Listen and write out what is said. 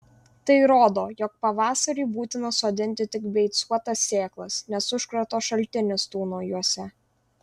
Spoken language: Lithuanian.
tai rodo jog pavasarį būtina sodinti tik beicuotas sėklas nes užkrato šaltinis tūno jose